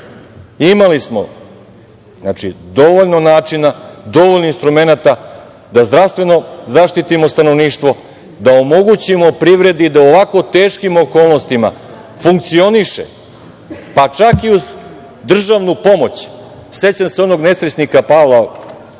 znači dovoljno načina, dovoljno instrumenata da zdravstveno zaštitimo stanovništvo, da omogućimo privredi da u ovako teškim okolnostima funkcioniše, pa čak i uz državnu pomoć.Sećam se onog nesrećnika Pavla, to je